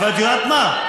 אבל את יודעת מה?